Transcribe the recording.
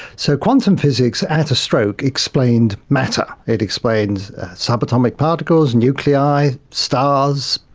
so quantum physics at a stroke explained matter, it explained subatomic particles, nuclei, stars,